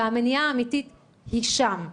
המניעה האמיתית היא שם.